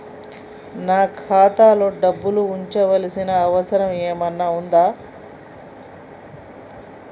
నాకు ఖాతాలో డబ్బులు ఉంచాల్సిన అవసరం ఏమన్నా ఉందా?